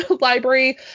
library